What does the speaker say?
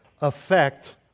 Affect